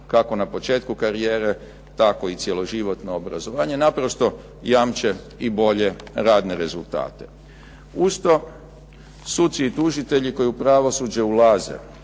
kako na početku karijere tako i cjeloživotno obrazovanje naprosto jamče i bolje radne rezultate. Uz to, suci i tužitelji koji u pravosuđe ulaze